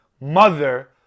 mother